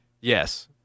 yes